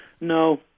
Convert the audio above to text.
No